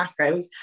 macros